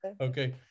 Okay